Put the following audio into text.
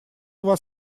вас